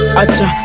acha